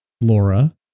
Laura